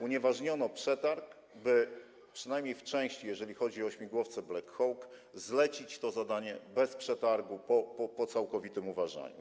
Unieważniono przetarg, aby przynajmniej w części, jeżeli chodzi o śmigłowce Black Hawk, zlecić to zadanie bez przetargu, po całkowitym uważaniu.